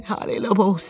Hallelujah